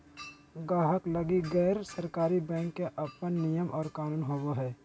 गाहक लगी गैर सरकारी बैंक के अपन नियम और कानून होवो हय